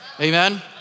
amen